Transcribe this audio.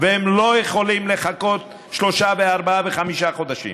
והם לא יכולים לחכות שלושה וארבעה וחמישה חודשים.